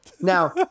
Now